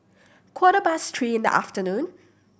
quarter past three in the afternoon